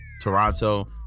Toronto